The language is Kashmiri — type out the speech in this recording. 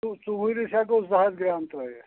تہٕ ژُوُہرِس ہٮ۪کو زٕ ہَتھ گرٛام ترٛٲیِتھ